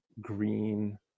green